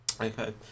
Okay